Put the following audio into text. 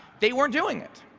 they weren't doing it.